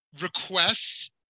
requests